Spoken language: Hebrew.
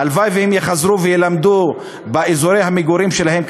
הלוואי שהם יחזרו וילמדו באזורי המגורים שלהם,